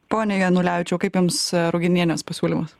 pone janulevičiau kaip jums ruginienės pasiūlymas